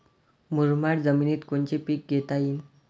मुरमाड जमिनीत कोनचे पीकं घेता येईन?